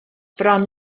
bron